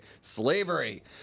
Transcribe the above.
slavery